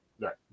Right